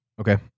Okay